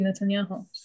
Netanyahu